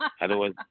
Otherwise